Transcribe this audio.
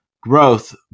growth